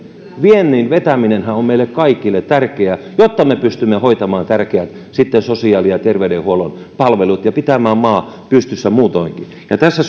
viennin vetäminenhän on meille kaikille tärkeä jotta me pystymme hoitamaan tärkeät sosiaali ja terveydenhuollon palvelut ja pitämään maan pystyssä muutoinkin tässä